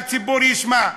שהציבור ישמע.